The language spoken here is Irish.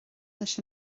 leis